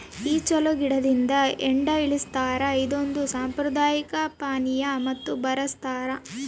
ಈಚಲು ಗಿಡದಿಂದ ಹೆಂಡ ಇಳಿಸ್ತಾರ ಇದೊಂದು ಸಾಂಪ್ರದಾಯಿಕ ಪಾನೀಯ ಮತ್ತು ಬರಸ್ತಾದ